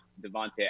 Devontae